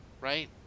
right